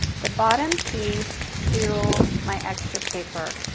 the bottom piece to my extra paper.